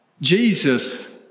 Jesus